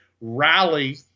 rally